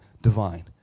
divine